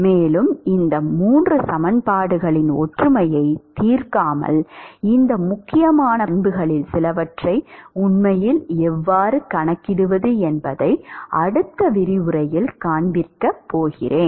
மேலும் இந்த மூன்று சமன்பாடுகளின் ஒற்றுமையைத் தீர்க்காமல் இந்த முக்கியமான பண்புகளில் சிலவற்றை உண்மையில் எவ்வாறு கணக்கிடுவது என்பதை அடுத்த விரிவுரையில் காண்பிக்கப் போகிறோம்